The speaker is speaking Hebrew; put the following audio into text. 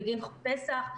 בגין פסח,